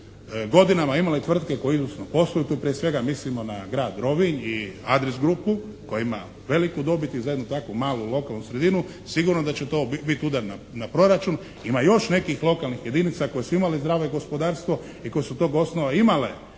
godinama imale tvrtke koje izvrsno posluju, tu prije svega mislimo na grad Rovinj i Adres grupu koja ima veliku dobit i za jednu takvu malu lokalnu sredinu sigurno da će to biti udar na proračun. Ima još nekih lokalnih jedinica koje su imale zdravo gospodarstvo i koje su s tog osnova imale